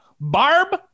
Barb